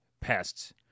pests